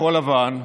בכחול לבן,